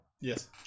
Yes